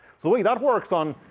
so the way that works on